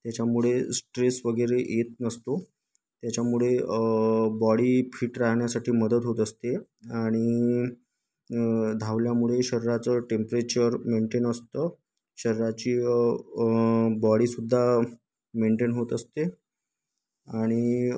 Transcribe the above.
त्याच्यामुळे स्ट्रेस वगैरे येत नसतो त्याच्यामुळे बॉडी फिट राहण्यासाठी मदत होत असते आणि धावल्यामुळे शरीराचं टेम्परेचर मेंटेन असतं शरीराची बॉडी सुद्धा मेंटेन होत असते आणि